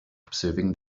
observing